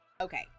Okay